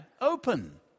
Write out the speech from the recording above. open